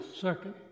Second